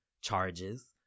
charges